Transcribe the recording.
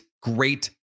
great